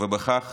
וחצי ובכך